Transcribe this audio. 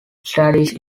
standish